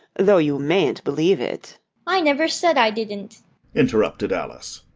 though you mayn't believe it i never said i didn't interrupted alice.